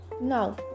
now